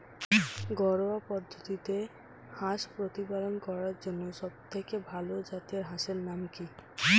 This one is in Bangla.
ঘরোয়া পদ্ধতিতে হাঁস প্রতিপালন করার জন্য সবথেকে ভাল জাতের হাঁসের নাম কি?